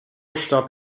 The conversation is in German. starb